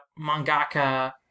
mangaka